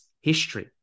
history